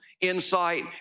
insight